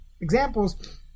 examples